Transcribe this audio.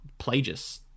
Plagius